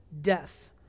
death